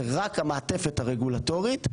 זה רק המעטפת הרגולטורית,